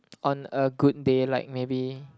on a good day like maybe